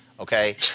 Okay